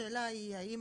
כשאנחנו